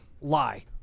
lie